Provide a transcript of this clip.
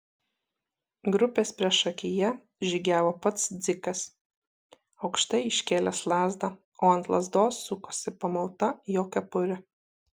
grupės priešakyje žygiavo pats dzikas aukštai iškėlęs lazdą o ant lazdos sukosi pamauta jo kepurė